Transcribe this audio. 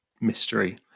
mystery